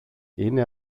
είναι